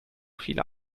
viele